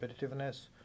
competitiveness